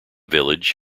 village